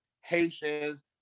Haitians